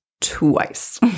twice